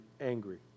angry